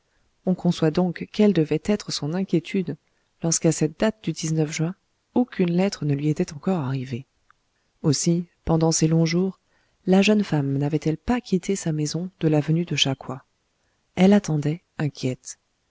on conçoit donc quelle devait être son inquiétude lorsqu'à cette date du juin aucune lettre ne lui était encore arrivée aussi pendant ces longs jours la jeune femme n'avait-elle pas quitté sa maison de l'avenue de cha coua elle attendait inquiète